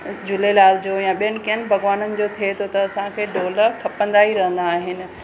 झूलेलाल जो या ॿियनि कियनि भॻवाननि जो थिए थो त असांखे ढोलक खपंदा ई रहंदा आहिनि